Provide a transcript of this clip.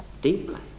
deeply